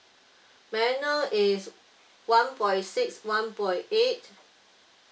may I know it's one point six one point eight